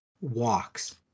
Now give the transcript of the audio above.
walks